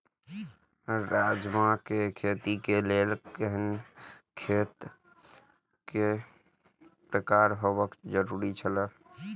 राजमा के खेती के लेल केहेन खेत केय प्रकार होबाक जरुरी छल?